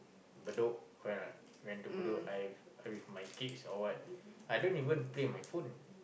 Bedok correct or not went to Bedok I with I with my kids or what I don't even play my phone